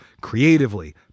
creatively